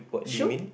shoe